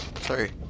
Sorry